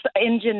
engine